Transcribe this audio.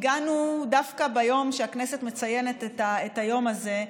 דווקא ביום שהכנסת מציינת את היום הזה,